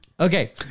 Okay